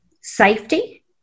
safety